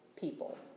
people